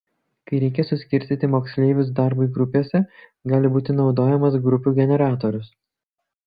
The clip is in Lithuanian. kai reikia suskirstyti moksleivius darbui grupėse gali būti naudojamas grupių generatorius